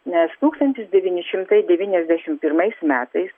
nes tūkstantis devyni šimtai devyniasdešimt pirmais metais